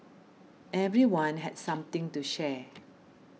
everyone had something to share